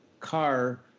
Car